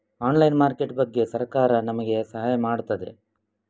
Online market ಬಗ್ಗೆ ಸರಕಾರ ನಮಗೆ ಸಹಾಯ ಮಾಡುತ್ತದೆ?